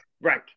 Right